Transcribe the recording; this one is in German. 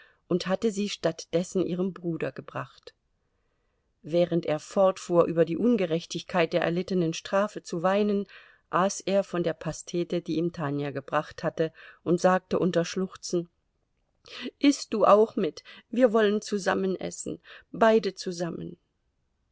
und hatte sie statt dessen ihrem bruder gebracht während er fortfuhr über die ungerechtigkeit der erlittenen strafe zu weinen aß er von der pastete die ihm tanja gebracht hatte und sagte unter schluchzen iß du auch mit wir wollen zusammen essen beide zusammen